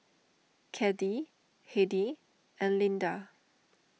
Caddie Heidi and Lynda